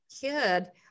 kid